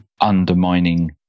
undermining